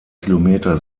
kilometer